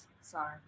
Sorry